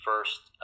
first